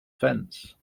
fence